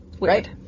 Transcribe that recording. right